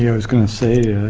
yeah was going to say,